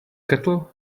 cattle